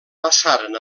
passaren